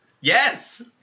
Yes